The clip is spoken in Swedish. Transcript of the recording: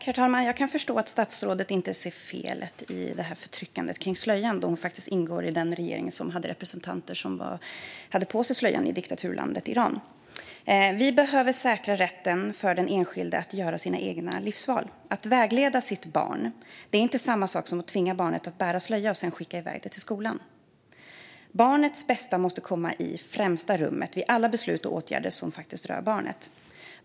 Herr talman! Jag kan förstå att statsrådet inte ser felet med slöjförtrycket då hon faktiskt ingår i en regering vars representanter bar slöja i diktaturen Iran. Vi behöver säkra rätten för den enskilde att göra sina egna livsval. Att vägleda sitt barn är inte detsamma som att tvinga barnet att bära slöja och sedan skicka iväg det till skolan. Barnets bästa måste komma i främsta rummet vid alla beslut och åtgärder som rör barnet.